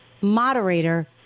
moderator